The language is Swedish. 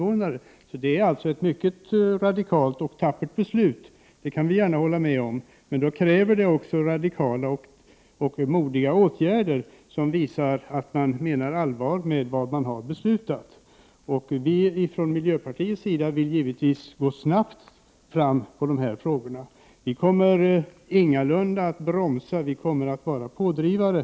Men eftersom Sverige är det land som har mest kärnkraft per invånare krävs det också radikala och modiga åtgärder som visar att man menar allvar med vad man beslutat. Vi från miljöpartiet vill givetvis att man skall gå snabbt fram med dessa frågor. Vi kommer ingalunda att bromsa utan i stället vara pådrivande.